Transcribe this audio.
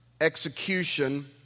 execution